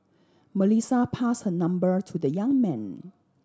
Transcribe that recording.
Melissa pass her number to the young man